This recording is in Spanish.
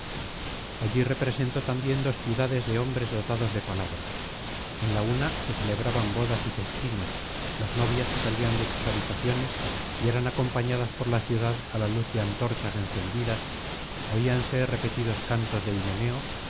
allí representó también dos ciudades de hombres dotados de palabra en la una se celebraban bodas y festines las novias salían de sus habitaciones y eran acompañadas por la ciudad á la luz de antorchas encendidas oíanse repetidos cantos de himeneo